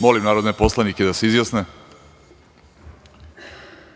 Molim narodne poslanike da se